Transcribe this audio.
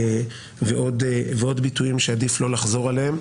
ועוד ביטויים שעדיף לא לחזור עליהם.